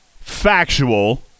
factual